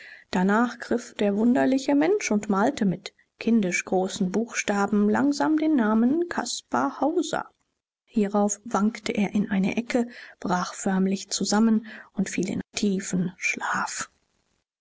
danach griff der wunderliche mensch und malte mit kindisch großen buchstaben langsam den namen caspar hauser hierauf wankte er in eine ecke brach förmlich zusammen und fiel in tiefen schlaf